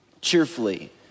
Cheerfully